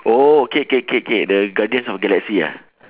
oh okay K K K the guardians of galaxy ah